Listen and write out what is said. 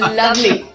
lovely